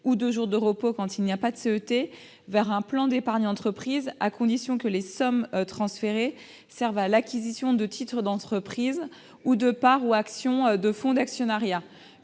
ou de jours de repos, en l'absence de CET, vers un plan d'épargne entreprise, à condition que ces sommes servent à l'acquisition de titres de l'entreprise ou de parts ou actions de fonds d'actionnariat.